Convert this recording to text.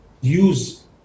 use